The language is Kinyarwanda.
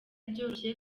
byoroshye